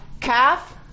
calf